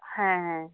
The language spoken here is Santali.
ᱦᱮᱸ ᱦᱮᱸ